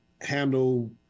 handle